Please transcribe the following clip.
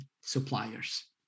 suppliers